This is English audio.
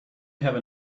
have